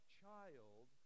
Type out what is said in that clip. child